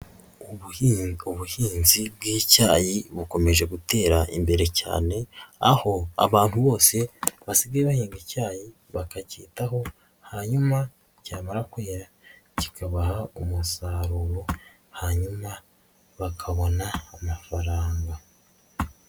Ubuhinga ubuhinzi bw'icyayi bukomeje gutera imbere cyane, aho abantu bose basigaye bahinga icyayi bakacyitaho, hanyuma cyamara kwera kikabaha umusaruro, hanyuma bakabona amafaranga.